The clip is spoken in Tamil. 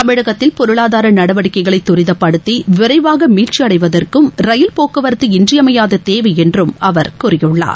தமிழகத்தில் பொருளாதார நடவடிக்கைகளை தரிதப்படுத்தி விரைவாக மீட்சியடைவதற்கும் ரயில் போக்குவரத்து இன்றியமையாத தேவை என்றும் அவர் கூறியுள்ளார்